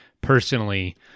personally